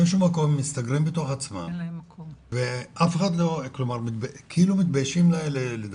באיזה שהוא מקום הם מסתגרים בתוך עצמם וכאילו מתביישים לדבר,